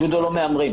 ג'ודו לא מהמרים.